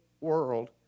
world